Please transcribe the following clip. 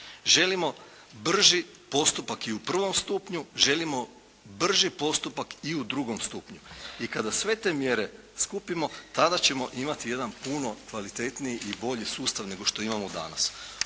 Želimo brži postupak i u prvom stupnju. Želimo brži postupak i u drugom stupnju. I kada sve te mjere skupimo tada ćemo imati jedan puno kvalitetniji i bolji sustav nego što imamo danas.